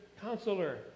counselor